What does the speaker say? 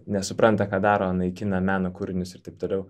nesupranta ką daro naikina meno kūrinius ir taip toliau